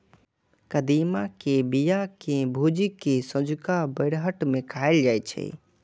कदीमा के बिया कें भूजि कें संझुका बेरहट मे खाएल जाइ छै